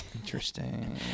Interesting